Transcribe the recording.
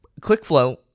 ClickFlow